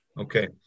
okay